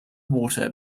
water